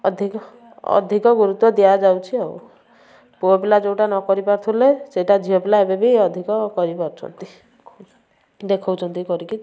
ଅଧିକ ଅଧିକ ଗୁରୁତ୍ୱ ଦିଆଯାଉଛି ଆଉ ପୁଅ ପିଲା ଯେଉଁଟା ନ କରି ପାରୁଥିଲେ ସେଇଟା ଝିଅପିଲା ଏବେ ବି ଅଧିକ କରିପାରୁଛନ୍ତି ଦେଖଉଛନ୍ତି କରିକି